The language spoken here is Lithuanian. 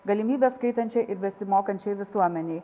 galimybes skaitančiai besimokančiai visuomenei